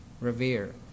revere